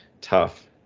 tough